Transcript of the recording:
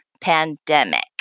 pandemic